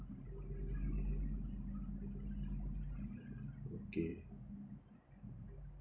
okay